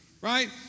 right